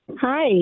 Hi